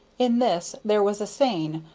in this there was a seine,